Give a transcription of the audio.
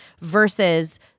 versus